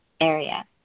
area